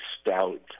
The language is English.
Stout